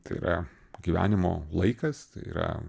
tai yra gyvenimo laikas tai yra